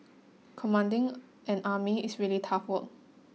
commanding an army is really tough work